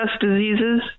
diseases